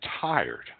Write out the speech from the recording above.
tired